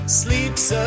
sleeps